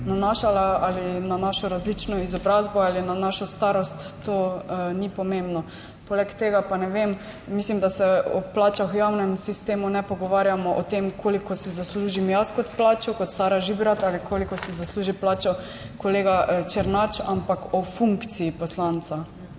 nanašala, ali na našo različno izobrazbo ali na našo starost, to ni pomembno? Poleg tega pa ne vem, mislim, da se o plačah v javnem sistemu ne pogovarjamo o tem, koliko si zaslužim jaz kot plačo, kot Sara Žibrat, koliko si zasluži plačo kolega Černač, ampak o funkciji poslanca.